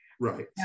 Right